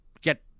get